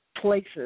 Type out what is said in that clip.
places